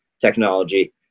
technology